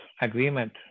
agreement